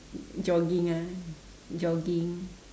jogging ah jogging